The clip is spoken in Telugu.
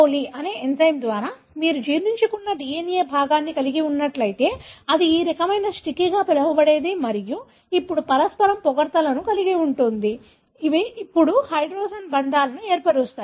coli అనే ఎంజైమ్ ద్వారా మీరు జీర్ణించుకున్న DNA భాగాన్ని కలిగి ఉన్నట్లయితే అది ఈ రకమైన స్టిక్కీగా పిలువబడేది మరియు ఇప్పుడు పరస్పరం పొగడ్తలను కలిగి ఉంటుంది ఇవి ఇప్పుడు హైడ్రోజన్ బంధాలను ఏర్పరుస్తాయి